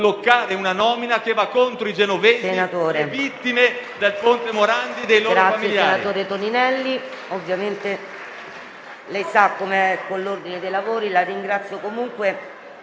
una nomina che va contro i genovesi, le vittime del ponte Morandi e i loro familiari.